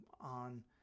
on